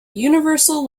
universal